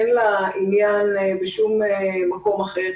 אין לה עניין בשום מקום אחר.